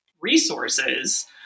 resources